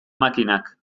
makinak